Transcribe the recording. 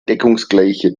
deckungsgleiche